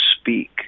speak